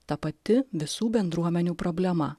ta pati visų bendruomenių problema